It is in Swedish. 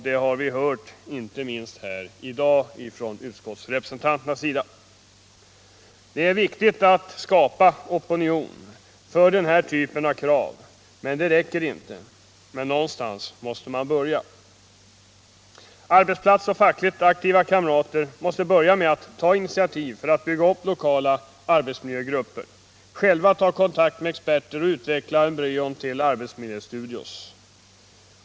Det har vi hört inte minst här i dag från utskottsrepresentanternas sida. Det är viktigt att skapa opinion för den här typen av krav. Men det räcker inte. Någonstans måste man emellertid börja. Arbetsplatsoch fackligt aktiva kamrater måste börja med att ta initiativ för att bygga upp lokala arbetsmiljögrupper, själva ta kontakt med experter och utveckla embryon till arbetsmiljöstudior.